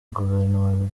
guverinoma